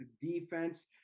Defense